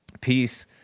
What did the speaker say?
Peace